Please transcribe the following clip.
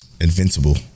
invincible